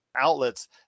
outlets